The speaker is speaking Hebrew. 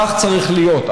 כך צריך להיות,